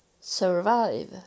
survive